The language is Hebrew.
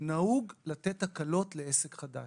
נהוג לתת הקלות לעסק חדש.